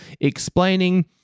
explaining